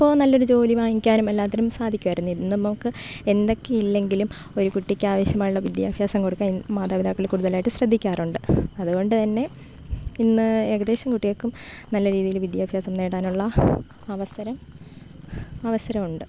ഇപ്പോൾ നല്ലൊരു ജോലി വാങ്ങിക്കാനും എല്ലാത്തിനും സാധിക്കുമായിരുന്നു ഇന്ന് നമുക്ക് എന്തൊക്കെ ഇല്ലെങ്കിലും ഒരു കുട്ടിക്ക് ആവശ്യമായുള്ള വിദ്യാഭ്യാസം കൊടുക്കാൻ മാതാപിതാക്കൾ കൂടുതലായിട്ട് ശ്രദ്ധിക്കാറുണ്ട് അതുകൊണ്ടു തന്നെ ഇന്ന് ഏകദേശം കുട്ടികൾക്കും നല്ല രീതിയിൽ വിദ്യാഭ്യാസം നേടാനുള്ള അവസരം അവസരം ഉണ്ട്